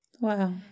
Wow